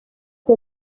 the